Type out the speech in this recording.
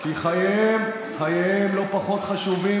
כי חייהם לא פחות חשובים,